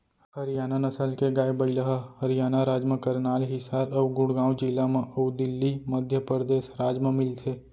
हरियाना नसल के गाय, बइला ह हरियाना राज म करनाल, हिसार अउ गुड़गॉँव जिला म अउ दिल्ली, मध्य परदेस राज म मिलथे